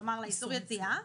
כלומר לאיסור יציאה,